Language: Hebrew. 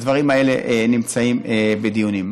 הדברים האלה נמצאים בדיונים.